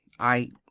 i